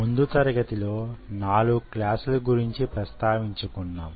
ముందు తరగతి లో 4 క్లాసుల గురించి ప్రస్తావించుకున్నాం